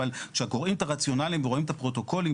אכל כשקוראים את הרציונלים ורואים את הפרוטוקולים,